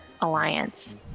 alliance